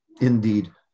indeed